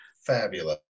fabulous